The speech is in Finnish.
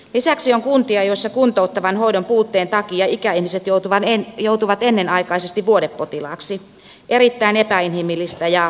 lisäksi on kuntia joissa kuntouttavan hoidon puutteen takia ikäihmiset joutuvat ennenaikaisesti vuodepotilaiksi erittäin epäinhimillistä ja tehotonta